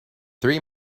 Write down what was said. three